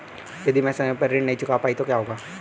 यदि मैं समय पर ऋण नहीं चुका पाई तो क्या होगा?